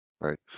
right